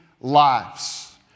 lives